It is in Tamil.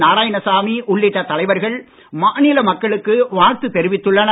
நாராயணசாமி உள்ளிட்ட தலைவர்கள் மாநில மக்களுக்கு வாழ்த்து தெரிவித்துள்ளனர்